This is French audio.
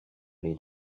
les